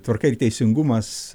tvarka ir teisingumas